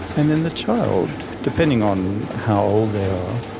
and then the child, depending on how old they are,